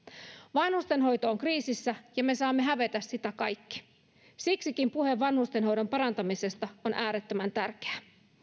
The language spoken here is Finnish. vanhustenhoito on kriisissä ja me saamme hävetä sitä kaikki siksikin puhe vanhustenhoidon parantamisesta on äärettömän tärkeää